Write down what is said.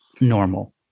normal